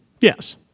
Yes